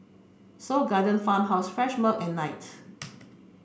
Seoul Garden Farmhouse Fresh Milk and Knight